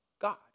God